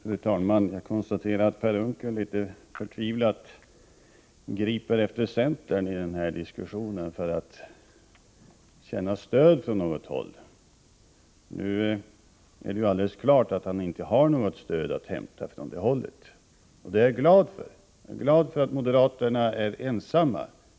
Fru talman! Jag konstaterar att Per Unckel litet förtvivlat griper efter centern i den här diskussionen för att känna stöd från något håll. Nu är det ju alldeles klart att han inte har något stöd att hämta från det hållet, och det är jag glad för. Jag är glad för att moderaterna är ensamma.